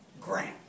grant